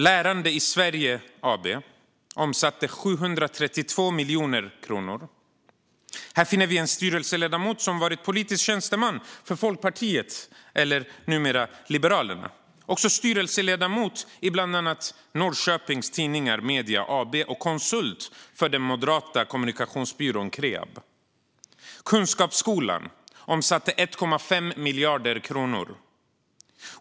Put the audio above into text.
Lärande i Sverige AB omsatte 732 miljoner kronor. Här finner vi en styrelseledamot som varit politisk tjänsteman för Folkpartiet, numera Liberalerna. Han är också styrelseledamot i bland annat Norrköpings Tidningars Media AB och konsult för den moderata kommunikationsbyrån Kreab. Kunskapsskolan omsatte 1,5 miljarder kronor.